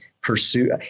pursue